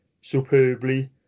superbly